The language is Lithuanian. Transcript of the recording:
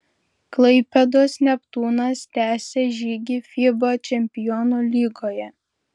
klaipėdos neptūnas tęsia žygį fiba čempionų lygoje